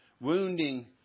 Wounding